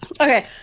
Okay